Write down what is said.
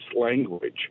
language